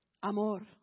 amor